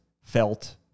felt